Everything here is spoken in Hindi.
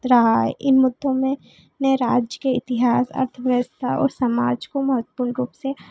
रहा है इन मुद्दों में ने राज्य के इतिहास अर्थव्यवस्था और समाज को महत्वपूर्ण रूप से